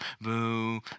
Boom